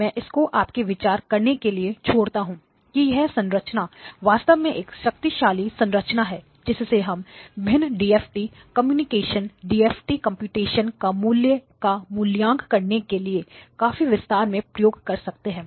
मैं इसको आपके विचार करने के लिए छोड़ता हूं कि यह संरचना वास्तव में एक शक्तिशाली संरचना है जिसे हम विभिन्न डीएफटी कंप्यूटेशन का मूल्य का मूल्यांकन करने के लिए काफी विस्तार से प्रयोग कर सकते हैं